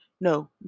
No